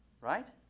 right